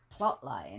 plotline